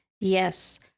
Yes